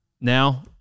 Now